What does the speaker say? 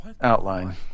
outline